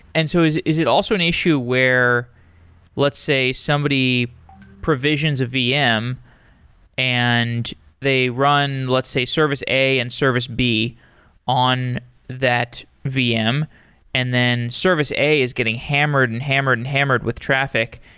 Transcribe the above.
so is is it also an issue where let's say somebody provisions a vm and they run let's say service a and service b on that vm and then service a is getting hammered and hammered and hammered with traffic,